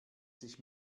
sich